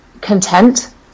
content